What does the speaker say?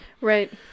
Right